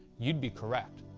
you'd be correct,